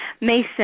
Mason